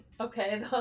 Okay